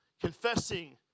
Confessing